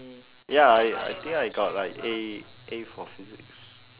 ya I I think I got like A A for physics